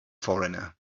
foreigner